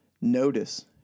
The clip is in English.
notice